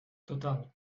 total